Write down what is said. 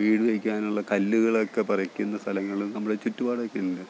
വീട് വെക്കാനുള്ള കല്ലുകളൊക്കെ പറിക്കുന്ന സ്ഥലങ്ങളും നമ്മൾ ചുറ്റുപാടൊക്കെയുണ്ട്